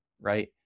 right